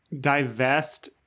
divest